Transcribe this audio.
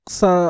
sa